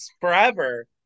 forever